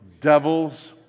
Devil's